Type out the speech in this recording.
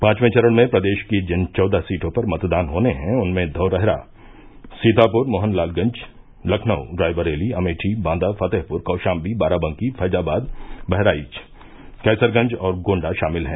पांववें चरण में प्रदेश की जिन चौदह सीटों पर मतदान होने हैं उनमें धौरहरा सीतापुर मोहनलालगंज लखनऊ रायबरेली अमेठी बांदा फतेहपुर कौशाम्बी बाराबंकी फैजाबाद बहराइच कैसरगंज और गोण्डा शामिल हैं